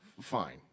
Fine